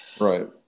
Right